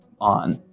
on